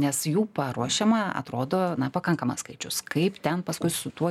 nes jų paruošiama atrodo pakankamas skaičius kaip ten paskui su tuo